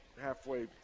halfway